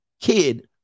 kid